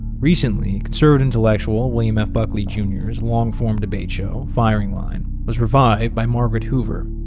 recently, conservative intellectual william f. buckley jr s long-form debate show, firing line, was revived by margaret hoover.